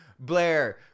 Blair